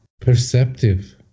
perceptive